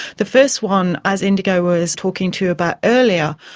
the first one, as indigo was talking to you about earlier,